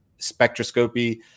spectroscopy